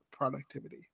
productivity